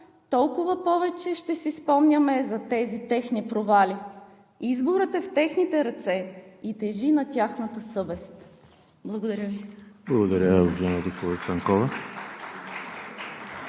толкова повече ще си спомняме за тези техни провали. Изборът е в техните ръце и тежи на тяхната съвест. Благодаря Ви. (Частични ръкопляскания